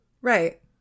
Right